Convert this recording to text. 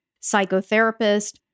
psychotherapist